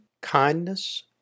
kindness